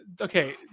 Okay